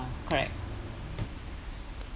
correct